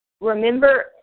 Remember